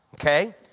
okay